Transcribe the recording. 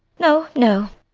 no, no.